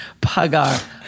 Pagar